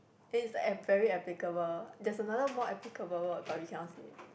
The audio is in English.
it's uh very applicable there's another more applicable word but we cannot say